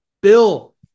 Bill